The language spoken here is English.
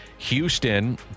Houston